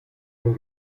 ein